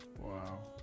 Wow